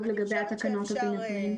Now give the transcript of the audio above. שכתוב לגבי תקנות אפינפרין?